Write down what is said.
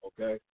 okay